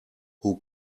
who